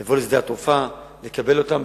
אבוא לשדה-התעופה לקבל אותם,